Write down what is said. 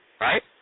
right